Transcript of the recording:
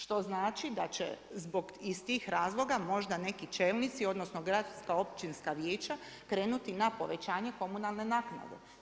Što znači da će iz tih razloga možda neki čelnici, odnosno, gradska, općinska vijeća, krenuti na povećanje komunalne naknade.